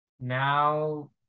Now